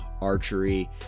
Archery